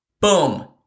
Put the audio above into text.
Boom